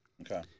Okay